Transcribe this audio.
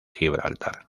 gibraltar